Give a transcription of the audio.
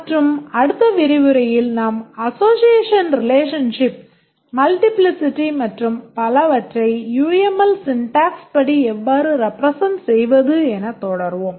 மற்றும் அடுத்த விரிவுரையில் நாம் association relationship மல்டிப்ளிசிட்டி மற்றும் பலவற்றை யுஎம்எல் சின்டாக்ஸ்படி எவ்வாறு ரெப்ரெசென்ட் செய்வது எனத் தொடர்வோம்